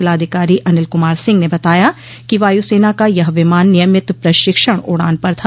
जिलाधिकारी अनिल कुमार सिंह ने बताया कि वायुसेना का यह विमान नियमित प्रशिक्षण उड़ान पर था